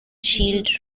shield